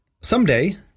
Someday